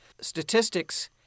Statistics